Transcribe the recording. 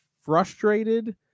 frustrated